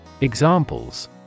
Examples